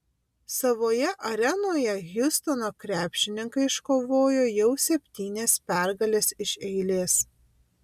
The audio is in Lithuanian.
savoje arenoje hjustono krepšininkai iškovojo jau septynias pergales iš eilės